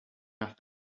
nothing